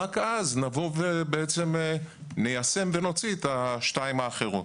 רק אז ניישם ונוציא את השתיים האחרות.